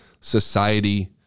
society